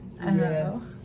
yes